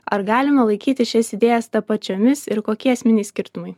ar galima laikyti šias idėjas tapačiomis ir kokie esminiai skirtumai